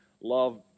love